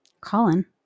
Colin